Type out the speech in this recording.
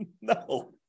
No